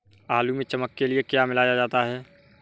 आलू में चमक के लिए क्या मिलाया जाता है?